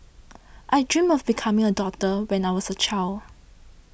I dreamt of becoming a doctor when I was a child